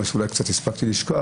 אולי קצת הספקתי לשכוח,